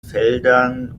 feldern